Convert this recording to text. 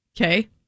Okay